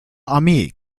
armee